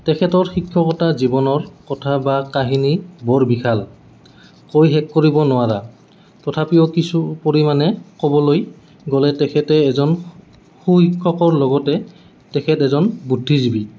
তেখেতৰ শিক্ষকতা জীৱনৰ কথা বা কাহিনী বৰ বিশাল কৈ শেষ কৰিব নোৱাৰা তথাপিও কিছু পৰিমাণে ক'বলৈ গ'লে তেখেতে এজন সু শিক্ষকৰ লগতে তেখেত এজন বুদ্ধিজীৱী